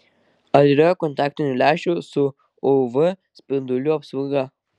ar yra kontaktinių lęšių su uv spindulių apsauga